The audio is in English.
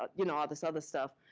ah you know, all this other stuff.